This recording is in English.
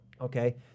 okay